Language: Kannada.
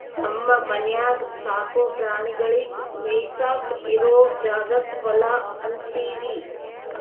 ತಮ್ಮ ಮನ್ಯಾಗ್ ಸಾಕೋ ಪ್ರಾಣಿಗಳಿಗ್ ಮೇಯಿಸಾಕ್ ಇರೋ ಜಾಗಕ್ಕ್ ಹೊಲಾ ಅಂತೀವಿ